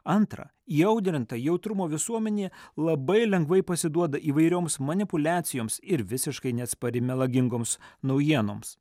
antra įaudrinta jautrumo visuomenė labai lengvai pasiduoda įvairioms manipuliacijoms ir visiškai neatspari melagingoms naujienoms